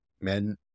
men